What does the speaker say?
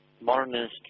modernist